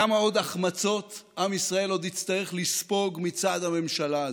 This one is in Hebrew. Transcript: כמה עוד החמצות עם ישראל עוד יצטרך לספוג מצד הממשלה הזאת?